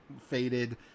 faded